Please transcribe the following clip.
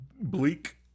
bleak